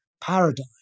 paradigm